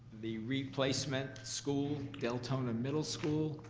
the replacement school, deltona middle school.